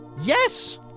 Yes